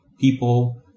people